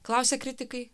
klausia kritikai